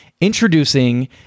Introducing